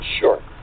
Sure